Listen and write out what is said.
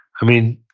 i mean,